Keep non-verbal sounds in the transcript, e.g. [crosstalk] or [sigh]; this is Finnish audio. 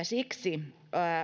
[unintelligible] siksi